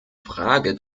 frage